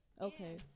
Okay